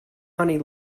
honey